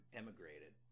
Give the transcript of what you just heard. emigrated